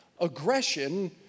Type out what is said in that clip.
Aggression